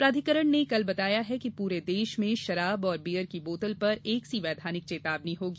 प्राधिकरण ने कल बताया कि पूरे देश भर में शराब और बीयर की बोतल पर एक सी वैधानिक चेतावनी होगी